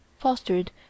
fostered